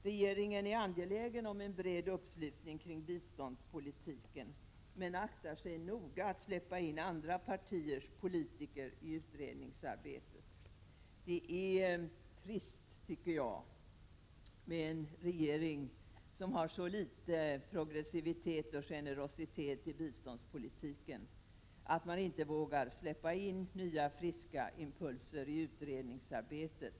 Regeringen är angelägen om en bred uppslutning kring biståndspolitiken, men aktar sig noga att släppa in andra partiers politiker i utredningsarbetet. Det är trist med en regering som har så litet progressivitet och generositet när det gäller biståndspolitiken, att man inte vågar släppa in nya friska impulser i utredningsarbetet.